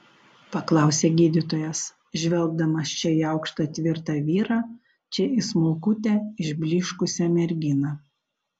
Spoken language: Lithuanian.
paklausė gydytojas žvelgdamas čia į aukštą tvirtą vyrą čia į smulkutę išblyškusią merginą